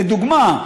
לדוגמה,